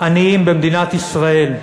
עניים במדינת ישראל.